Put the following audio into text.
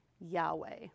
Yahweh